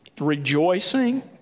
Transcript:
rejoicing